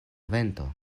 vento